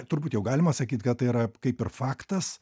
turbūt jau galima sakyt kad tai yra kaip ir faktas